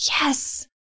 Yes